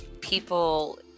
people